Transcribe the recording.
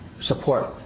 support